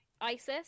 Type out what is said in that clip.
Isis